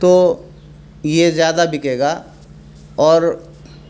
تو یہ زیادہ بکے گا اور